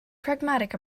pragmatic